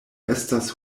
estas